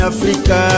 Africa